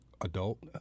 adult